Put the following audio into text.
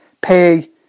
pay